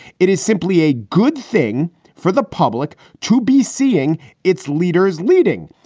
it is simply a good thing for the public to be seeing its leaders leading.